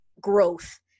growth